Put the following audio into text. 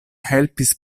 helpis